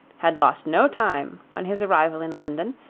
had lost no time, on his arrival in london,